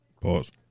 Pause